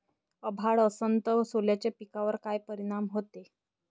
अभाळ असन तं सोल्याच्या पिकावर काय परिनाम व्हते?